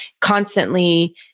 constantly